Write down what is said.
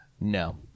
no